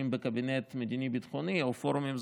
בקבינט מדיני-ביטחוני או בפורומים סגורים,